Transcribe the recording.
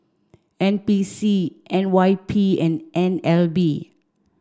N P C N Y P and N L B